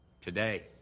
today